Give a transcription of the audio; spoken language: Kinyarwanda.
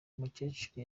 umukecuru